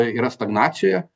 yra stagnacijoje